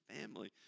family